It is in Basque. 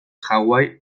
hawaii